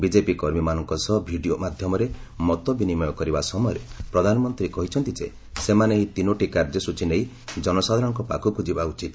BJP କର୍ମୀମାନଙ୍କ ସହ video ମାଧ୍ୟମରେ ମତ ବିନିମୟ କରିବା ସମୟରେ ପ୍ରଧାନମନ୍ତ୍ରୀ କହିଛନ୍ତି ଯେ ସେମାନେ ଏହି ତିନୋଟି କାର୍ଯ୍ୟସ୍କଚୀ ନେଇ ଜନସାଧାରଣଙ୍କ ପାଖକୁ ଯିବା ଉଚିତ